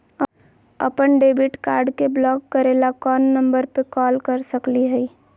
अपन debit card के block करे ला कौन नंबर पे कॉल कर सकली हई?